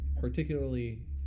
particularly